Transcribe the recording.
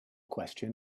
question